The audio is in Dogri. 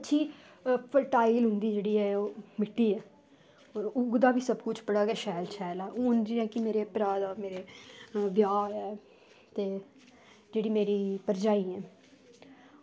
अच्छी फर्टाईल उंदी जेह्ड़ी ऐ ओह् मिट्टी ऐ उंदा बी सब कुछ बड़ा शैल शैल ऐ हून जियां की मेरे भ्राऽ न उंदा ब्याह् हो दा ते जेह्ड़ी मेरी भरजाई न